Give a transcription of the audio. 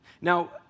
Now